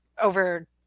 over